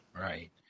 Right